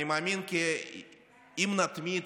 אני מאמין כי אם נתמיד,